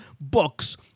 books